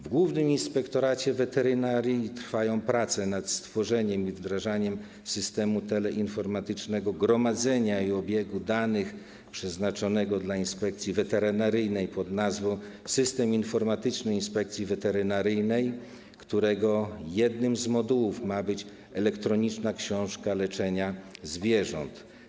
W Głównym Inspektoracie Weterynarii trwają prace nad stworzeniem i wdrażaniem systemu teleinformatycznego gromadzenia i obiegu danych przeznaczonego dla Inspekcji Weterynaryjnej pn. ˝System informatyczny Inspekcji Weterynaryjnej˝, którego jednym z modułów ma być elektroniczna książka leczenia zwierząt.